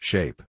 Shape